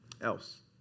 else